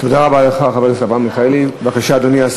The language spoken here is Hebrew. תודה רבה לך, חבר הכנסת אברהם מיכאלי.